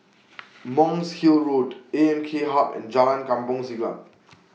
Monk's Hill Road A M K Hub and Jalan Kampong Siglap